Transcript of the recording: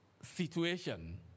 situation